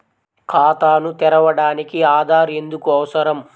ఖాతాను తెరవడానికి ఆధార్ ఎందుకు అవసరం?